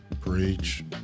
Preach